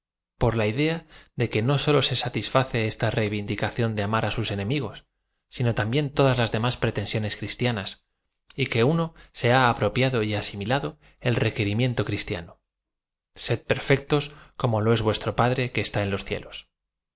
por la idea de que no sólo se satisface esta reivin d i cación de am ar á sus enemigos sino también todas las demás pretensiones cristianas y que uno se ha apropiado y asim iladoel requerim iento cristiano sed perfectoa como lo es vuestro padre que está en loa cielos